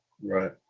Right